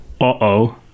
Uh-oh